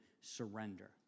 surrender